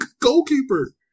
goalkeeper